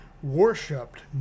Worshipped